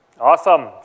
Awesome